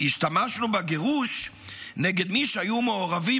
"השתמשנו בגירוש נגד מי שהיו מעורבים